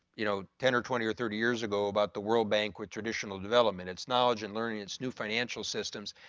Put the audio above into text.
you know, ten or twenty or thirty years ago about the world bank with traditional development. it's knowledge and learning, it's new financial systems.